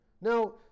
Now